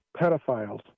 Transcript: pedophiles